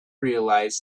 realized